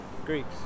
Greeks